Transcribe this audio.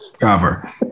cover